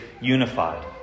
unified